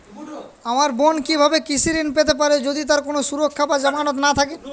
আমার বোন কীভাবে কৃষি ঋণ পেতে পারে যদি তার কোনো সুরক্ষা বা জামানত না থাকে?